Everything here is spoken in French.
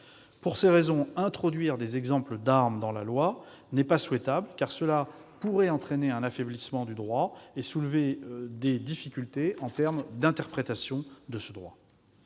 Pour ces raisons, introduire des exemples d'armes dans la loi n'est pas souhaitable : cela risquerait d'entraîner un affaiblissement du droit et de soulever des difficultés d'interprétation de celui-ci.